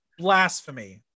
Blasphemy